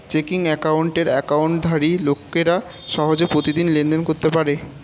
checking অ্যাকাউন্টের অ্যাকাউন্টধারী লোকেরা সহজে প্রতিদিন লেনদেন করতে পারে